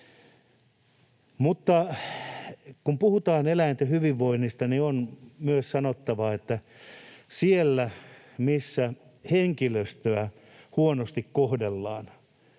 Kun puhutaan eläinten hyvinvoinnista, on myös sanottava, että siellä, missä henkilöstöä huonosti kohdellaan,